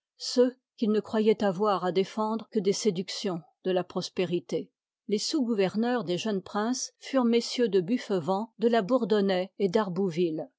ceux qu'il ne croyoit avoir à défendre que des séductions de la prospérité les sous gouverneurs des jeunes princes furentmm debuffevent delabqurdonnaye et d'arbouvillc ils